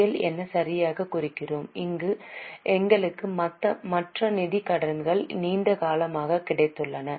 L என சரியாகக் குறிக்கிறோம் இங்கு எங்களுக்கு மற்ற நிதிக் கடன்கள் நீண்ட காலமாக கிடைத்துள்ளன